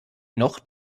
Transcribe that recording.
noch